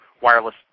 wireless